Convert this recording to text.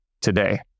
today